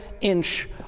inch